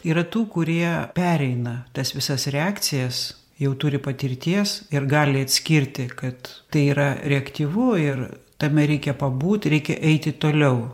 yra tų kurie pereina tas visas reakcijas jau turi patirties ir gali atskirti kad tai yra reaktyvu ir tame reikia pabūt reikia eiti toliau